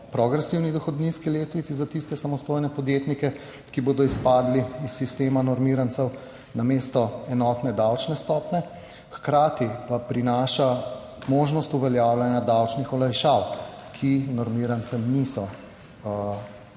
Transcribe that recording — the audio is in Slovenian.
progresivni dohodninski lestvici za tiste samostojne podjetnike, ki bodo izpadli iz sistema normirancev namesto enotne davčne stopnje, hkrati pa prinaša možnost uveljavljanja davčnih olajšav, ki normirancem niso